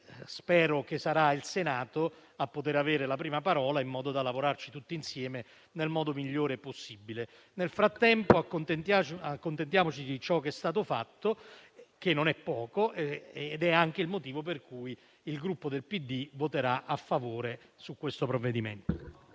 spero che sarà il Senato a poter avere la prima parola in modo da lavorarci tutti insieme, nel modo migliore possibile. Nel frattempo accontentiamoci di ciò che è stato fatto, che non è poco, è ed è anche il motivo per cui il Gruppo Partito Democratico esprimerà